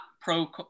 pro